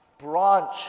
branch